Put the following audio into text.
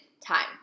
time